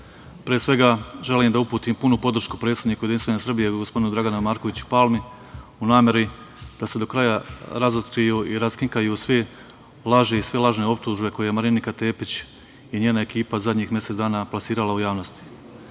pre svega želim da uputim punu podršku predsedniku JS, gospodinu Draganu Markoviću Palmi, u nameri da se do kraja razotkriju i raskrinkaju sve laži i sve lažne optužbe koje je Marinika Tepić i njena ekipa zadnjih mesec dana plasirala u javnosti. Zahtevam